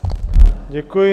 Děkuji.